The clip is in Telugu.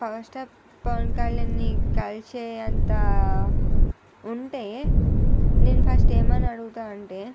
పవర్ స్టార్ పవన్ కళ్యాణ్ని కలిసే అంతా ఉంటే నేను ఫస్ట్ ఏమని అడుగుతాను అంటే